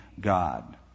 God